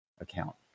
account